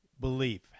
belief